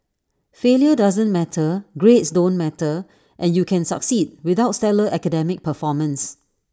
failure doesn't matter grades don't matter and you can succeed without stellar academic performance